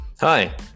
Hi